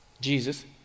Jesus